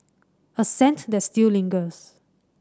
a scent that still lingers